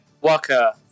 Walker